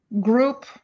group